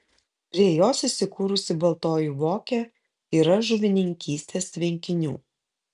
prie jos įsikūrusi baltoji vokė yra žuvininkystės tvenkinių